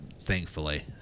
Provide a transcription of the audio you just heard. Thankfully